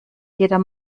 jeder